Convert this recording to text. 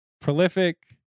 prolific